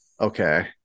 Okay